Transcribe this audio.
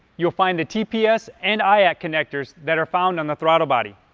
you'll find the tps and iac connectors that are found on the throttle body.